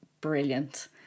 brilliant